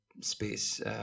space